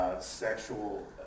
sexual